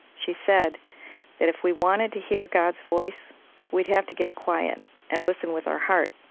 she said that if we wanted to hear god's voice we'd have to get quiet and listen with our hearts,